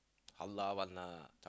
halal one lah